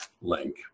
link